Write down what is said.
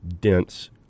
dense